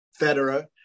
Federer